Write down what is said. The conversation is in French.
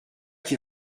qui